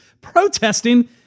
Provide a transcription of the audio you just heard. protesting